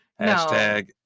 hashtag